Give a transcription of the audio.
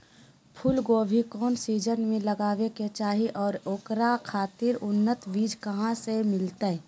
फूलगोभी कौन सीजन में लगावे के चाही और ओकरा खातिर उन्नत बिज कहा से मिलते?